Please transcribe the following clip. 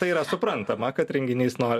tai yra suprantama kad renginys no